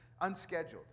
unscheduled